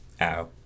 Ow